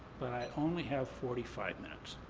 but i only have forty five minutes.